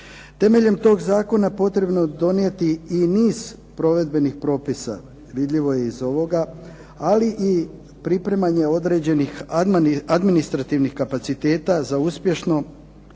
Temeljem tog Zakona potrebno je donijeti i niz provedbenih propisa vidljivo je iz ovoga ali i pripremanje određenih administrativnih kapaciteta za uspješno